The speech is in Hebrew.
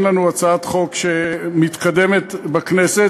אין לנו הצעת חוק שמתקדמת בכנסת,